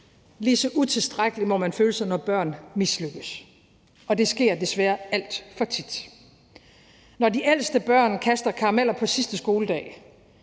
lige så utilstrækkelig må man føle sig, når børn mislykkes, og det sker desværre alt for tit. Når de ældste børn kaster karameller på sidste skoledag